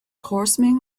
horsemen